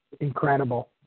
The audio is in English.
incredible